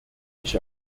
ich